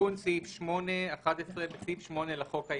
"תיקון סעיף 8 11. בסעיף 8 לחוק העיקרי,